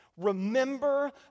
Remember